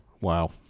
Wow